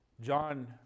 John